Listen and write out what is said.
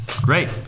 Great